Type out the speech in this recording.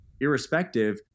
irrespective